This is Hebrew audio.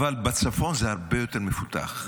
אבל בצפון זה הרבה יותר מפותח.